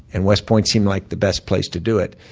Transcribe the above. and west point seemed like the best place to do it.